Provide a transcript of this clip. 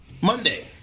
Monday